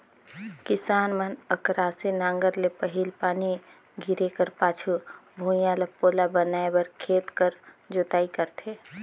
किसान मन अकरासी नांगर मे पहिल पानी गिरे कर पाछू भुईया ल पोला बनाए बर खेत कर जोताई करथे